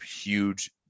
huge